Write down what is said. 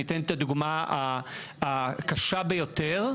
אני אתן את הדוגמה הקשה ביותר.